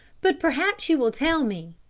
but perhaps you will tell me,